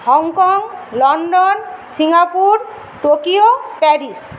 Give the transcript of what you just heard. Hong Kong London Singapore Tokyo Paris